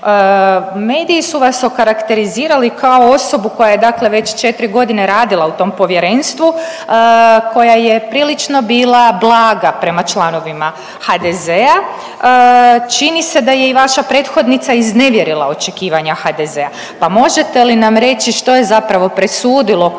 Mediji su vas okarakterizirali kao osobu koja je dakle već 4 godine radila u tom povjerenstvu, koja je prilično bila blaga prema članovima HDZ-a. Čini se da je vaša prethodnica iznevjerila očekivanja HDZ-a, pa možete li nam reći što je zapravo presudilo kod